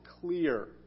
clear